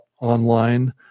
online